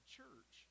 church